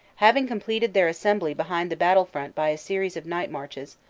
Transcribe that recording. having completed their assem bly behind the battlefront by a series of night marches,